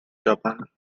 japan